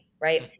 right